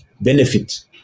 benefit